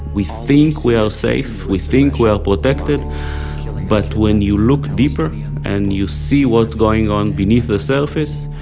we think we are ah safe, we think we are protected but when you look deeper and you see what's going on beneath the surface,